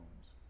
homes